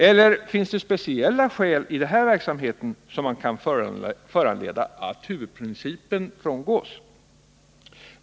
Eller finns det speciella skäl i den här verksamheten som kan föranleda att huvudprincipen frångås?